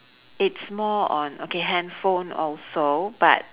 it's more on okay handphone also but